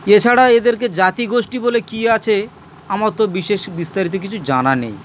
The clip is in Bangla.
এছাড়া এদেরকে জাতিগোষ্ঠী বলে কী আছে আমার তো বিশেষ বিস্তারিত কিছু জানা নেই